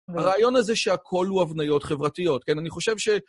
הרעיון הזה שהכל הוא הבניות חברתיות, כן? אני חושב ש...